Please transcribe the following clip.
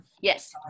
yes